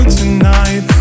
tonight